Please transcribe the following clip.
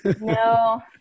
No